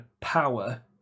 power